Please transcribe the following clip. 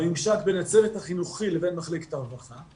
בממשק בין הצוות החינוכי למחלקת הרווחה,